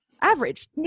Average